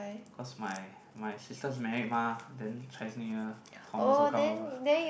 cause my my sister married mah then Chinese New Year Tom also come over